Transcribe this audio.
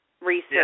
research